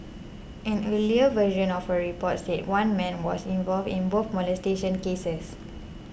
an earlier version of a report said one man was involved in both molestation cases